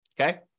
Okay